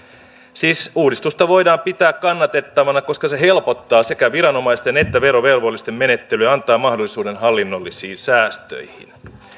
siis uuudistusta voidaan pitää kannatettavana koska se helpottaa sekä viranomaisten että verovelvollisten menettelyä ja antaa mahdollisuuden hallinnollisiin säästöihin